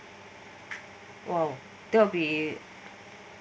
while there will be